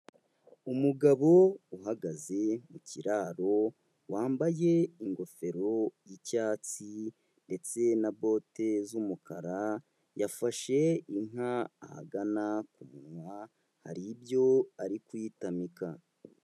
Umugabo uhagaze mu kiraro wambaye ingofero y'icyatsi ndetse na bote z'umukara, yafashe inka ahagana ku munwa hari ibyo ari kuyitamika.